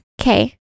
okay